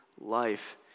life